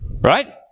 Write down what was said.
right